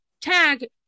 tag